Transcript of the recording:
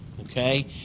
Okay